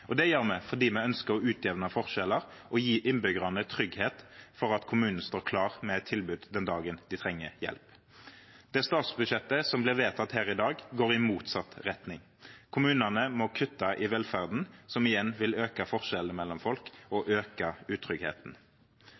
Det gjør vi fordi vi ønsker å utjevne forskjeller og gi innbyggerne trygghet for at kommunen står klar med et tilbud den dagen de trenger hjelp. Det statsbudsjettet som blir vedtatt her i dag, går i motsatt retning. Kommunene må kutte i velferden, noe som igjen vil øke forskjellene mellom folk og øke utryggheten.